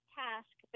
task